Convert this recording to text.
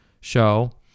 show